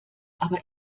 aber